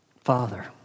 Father